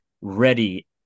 ready